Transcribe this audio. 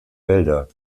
wälder